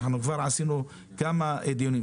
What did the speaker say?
ערכנו כבר כמה דיונים.